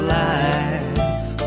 life